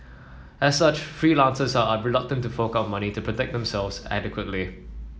as such freelancers are reluctant to fork out money to protect themselves adequately